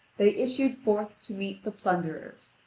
they issued forth to meet the plunderers,